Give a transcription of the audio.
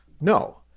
No